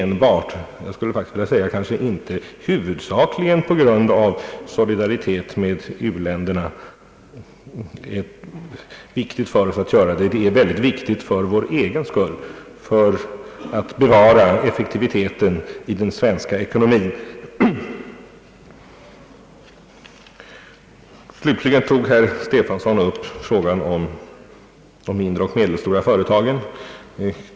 Jag skulle vilja säga att det inte är huvudsakligen på grund av solidariteten med u-länderna som detta är viktigt, utan det är viktigt för vår egen skull, för att bevara effektiviteten i den svenska ekonomien. Slutligen vill jag säga några ord med anledning av att herr Stefanson tog upp frågan om de mindre och medelstora företagen.